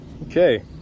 Okay